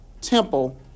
temple